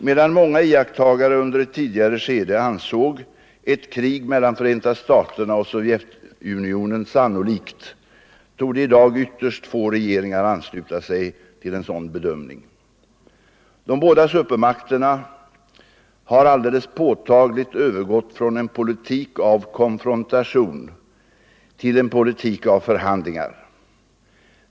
Medan många iakttagare under ett tidigare skede ansåg ett krig mellan Förenta staterna och Sovjetunionen sannolikt, torde i dag ytterst få regeringar ansluta sig till en sådan bedömning. De båda supermakterna har alldeles påtagligt övergått från en politik av konfrontation till en politik av förhandlingar.